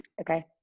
Okay